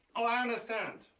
ah i understand.